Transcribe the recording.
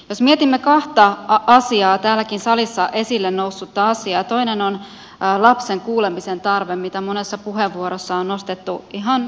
jos mietimme kahta täälläkin salissa esille noussutta asiaa niin toinen on lapsen kuulemisen tarve mikä monessa puheenvuorossa on nostettu ihan syystäkin esiin